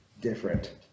different